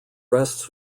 rests